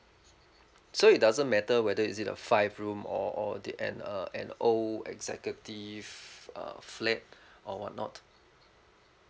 so it doesn't matter whether is it a five room or or the an uh an old executive uh flat or whatnot